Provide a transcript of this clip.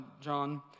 John